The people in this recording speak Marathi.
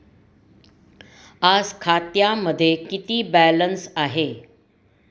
आज खात्यामध्ये किती बॅलन्स आहे?